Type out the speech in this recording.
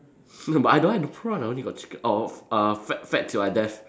no but I don't have prawn I only got chicken oh oh uh fat fat till I death